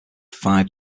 five